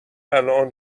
الان